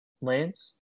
Lance